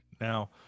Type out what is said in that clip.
now